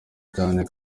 cyane